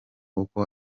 uko